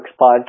podcast